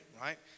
right